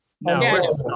No